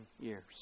years